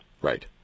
right